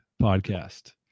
podcast